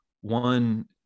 one